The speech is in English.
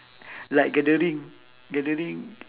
like gathering gathering